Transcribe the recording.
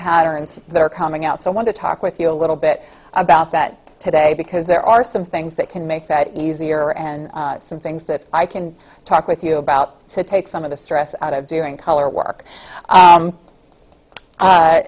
patterns that are coming out so i want to talk with you a little bit about that today because there are some things that can make that easier and some things that i can talk with you about to take some of the stress out of doing color work